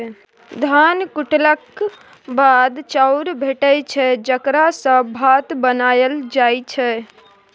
धान कुटेलाक बाद चाउर भेटै छै जकरा सँ भात बनाएल जाइ छै